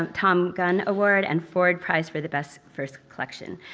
um thom gunn award, and forward prize for the best first collection.